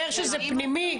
שזה פנימי.